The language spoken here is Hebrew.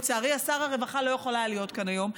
לצערי שר הרווחה לא יכול היה להיות כאן היום,